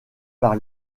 par